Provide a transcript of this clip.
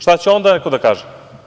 Šta će onda neko da kaže?